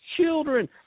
children